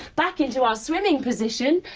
back into our swimming position,